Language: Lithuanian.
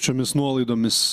šiomis nuolaidomis